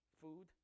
food